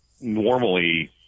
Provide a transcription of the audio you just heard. normally